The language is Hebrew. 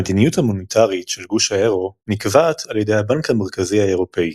המדיניות המוניטרית של גוש האירו נקבעת על ידי הבנק המרכזי האירופי.